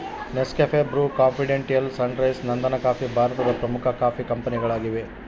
Nescafe, Bru, confidential, Sunrise, ನಂದನಕಾಫಿ ಭಾರತದ ಪ್ರಮುಖ ಕಾಫಿ ಕಂಪನಿಗಳಾಗಿವೆ